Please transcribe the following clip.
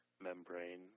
membrane